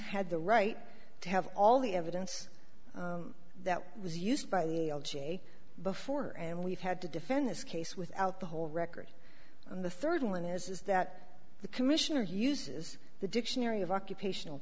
had the right to have all the evidence that was used by the l g a before and we've had to defend this case without the whole record on the third one is that the commissioner uses the dictionary of occupational